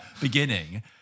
beginning